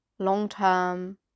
long-term